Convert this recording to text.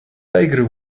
tiger